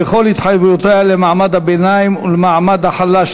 וכל התחייבויותיה למעמד הביניים ולמעמד החלש,